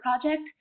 project